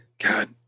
God